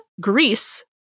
Greece